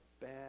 bad